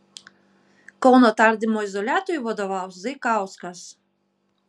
kauno tardymo izoliatoriui vadovaus zaikauskas